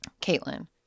Caitlin